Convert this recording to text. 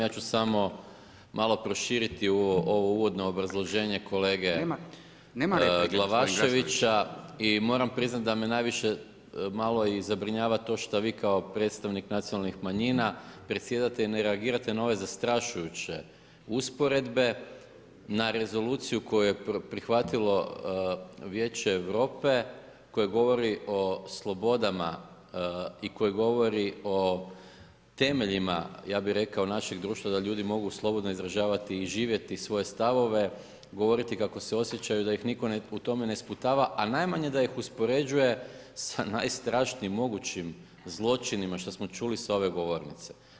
Ja ću samo malo proširiti ovo uvodno obrazloženje kolege Glavaševića [[Upadica Radin: Nema, nema replike gospodin Glasnović.]] I moram priznati da me najviše malo i zabrinjava to šta vi kao predstavnik nacionalnih manjina predsjedate i ne reagirate na ove zastrašujuće usporedbe, na rezoluciju koju je prihvatilo Vijeće Europe koje govori o slobodama i koje govori o temeljima ja bih rekao našeg društva da ljudi mogu slobodno izražavati i živjeti svoje stavove, govoriti kako se osjećaju da ih nitko u tome ne sputava a najmanje da ih uspoređuje sa najstrašnijim mogućim zločinima što smo čuli s ove govornice.